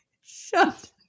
shut